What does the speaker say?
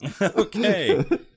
Okay